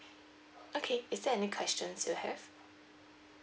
okay is there any questions you have